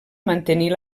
mantenir